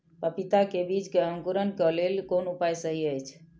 पपीता के बीज के अंकुरन क लेल कोन उपाय सहि अछि?